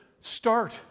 start